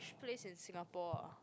place in Singapore ah